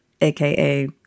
aka